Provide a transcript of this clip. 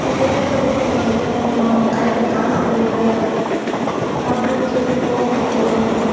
வெளியில் ஊருக்கு நம்ம போகணும் கையில் காசு இல்லை அப்படின்னு சொல்லிப் போகணும் ஒரு